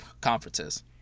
conferences